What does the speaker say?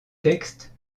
textes